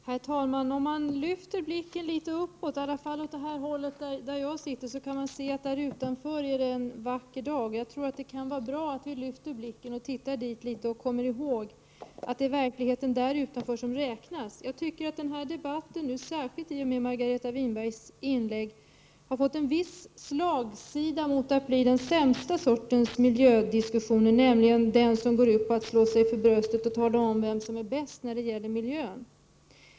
Herr talman! Om man lyfter blicken något uppåt —i varje fall om man ser åt mitt håll — kan man se att det är en vacker dag där ute. Jag tror alltså att det kan vara bra att lyfta blicken något uppåt. På det sättet kan man påminna sig om att det är verkligheten utanför som räknas. Jag tycker att den här debatten, särskilt i och med Margareta Winbergs inlägg, har fått en viss slagsida. Debatten tenderar nämligen att bli en miljödiskussion av sämsta sort, där man slår sig för bröstet och talar om vem som är bäst beträffande miljön.